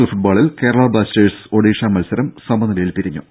L ഫുട്ബോളിൽ Kerala Blasters Odisha മത്സരം സമനിലയിൽ പിരിഞ്ഞു